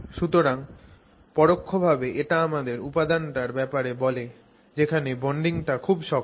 সুতরাং পরোক্ষভাবে এটা আমাদের উপাদানটার ব্যাপারে বলে যেখানে বন্ডিং টা খুব শক্ত